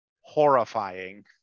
horrifying